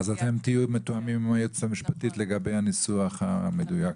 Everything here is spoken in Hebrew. אז אתם תהיו מתואמים עם היועצת המשפטית לגבי הניסוח המדויק.